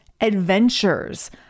adventures